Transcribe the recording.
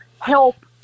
help